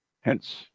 Hence